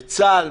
צה"ל,